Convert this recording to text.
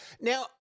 Now